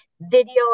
Video